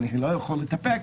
אני לא יכול להתאפק,